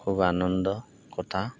খুব আনন্দ কথা